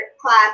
Class